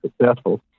successful